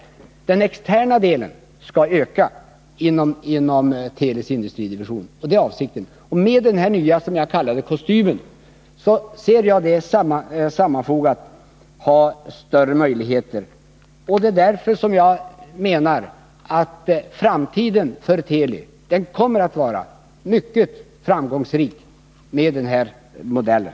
Avsikten är att den externa delen skall öka inom Telis industridivision. Med den nya kostymen, som jag kallar det, anser jag att det finns större möjligheter. Jag menar att Telis framtid kan bli mycket framgångsrik med den här modellen.